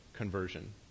conversion